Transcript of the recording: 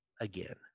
again